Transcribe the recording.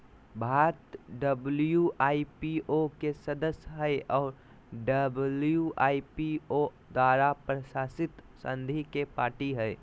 Bharat WIPO के सदस्य हइ और डब्ल्यू.आई.पी.ओ द्वारा प्रशासित संधि के पार्टी हइ